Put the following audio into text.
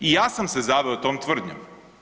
I ja sam se zaveo tom tvrdnjom.